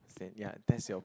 as in ya that's your